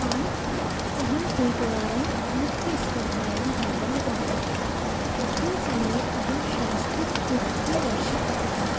आम् अहम् एकवारं नृत्यस्पर्धायां भागं गृहीतवती तस्मिन् समये अहं शास्त्रि तृतीयवर्षे अपठम्